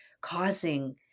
causing